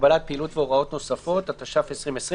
(הגבלת פעילות והוראות נוספות) (תיקון מס' 14),